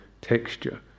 texture